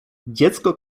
dziecko